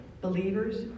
believers